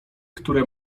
które